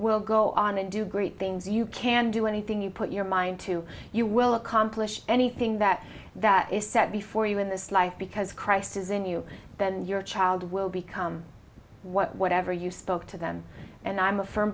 will go on and do great things you can do anything you put your mind to you will accomplish anything that that is set before you in this life because christ is in you than your child will become whatever you spoke to them and i'm a firm